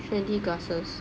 trendy glasses